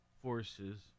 forces